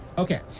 Okay